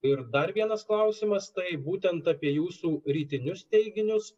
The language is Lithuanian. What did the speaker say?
ir dar vienas klausimas tai būtent apie jūsų rytinius teiginius